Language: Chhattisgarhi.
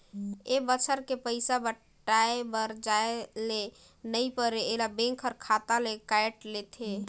ए बच्छर के पइसा पटाये बर जाये ले नई परे ऐला बेंक हर खाता ले कायट लेथे